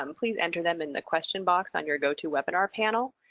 um please enter them in the question box on your gotowebinar panel.